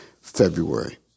February